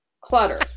clutter